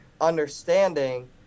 understanding